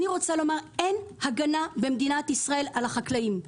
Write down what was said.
אין הגנה במדינת ישראל על החקלאים.